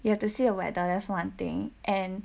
you have to see the whether there's one thing and